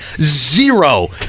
Zero